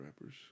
rappers